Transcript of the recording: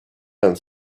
and